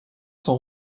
son